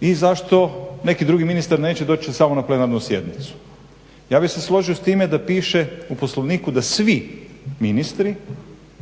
i zašto neki drugi ministar neće doći samo na plenarnu sjednicu. Ja bih se složio s time da piše u Poslovniku da svi ministri